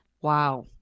Wow